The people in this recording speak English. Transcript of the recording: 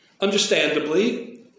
Understandably